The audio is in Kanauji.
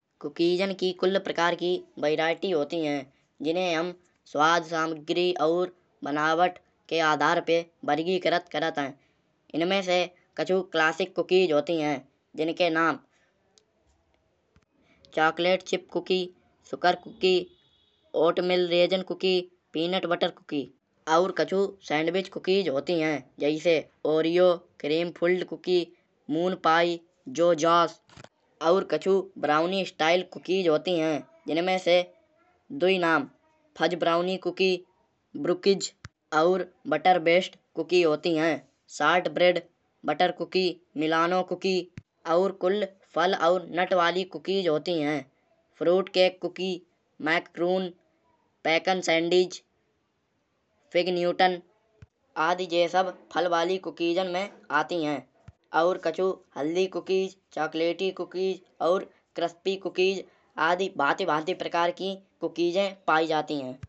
कुकीसाँ की कुल्ल प्रकार की वेरायटी होती है। जिन्हे हम स्वाद सामग्री और बनावट के आधार पे वर्गीकृत करत है। इनमे से कछु क्लासिक कुकीस होती है। जिनके नाम chocolate chip cookie sugar cookie oatmeal raisin cookie peanut butter cookie और कछु सैंडविच कुकीस होती है। जैसे ओरियो क्रीमफुल्ड कुकी मूलपाई जोजाउसक और कछु ब्राउनी स्टाइल कुकीस होती है। जिनमे से दुयी नाम फज ब्राउनी कुकी ब्रुकज और बटर बेस्ट कुकी होती है। Salt bread butter cookie Milano cookie और कुल फल और नट वाली कुकीस होती है। Fruit cake cookie macaroon pecan sandies fig newton आदि ये सब फल वाली कुकीसाँ में आती है। और कछु हेल्दी कुकीस चॉकलेटी कुकीस और क्रिस्पी कुकीस आदि भांति भांति प्रकार की कुकीसे पाई जाती है।